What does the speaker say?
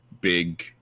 big